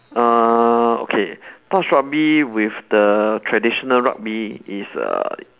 uh okay touch rugby with the traditional rugby is uh